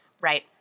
Right